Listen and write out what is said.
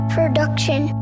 Production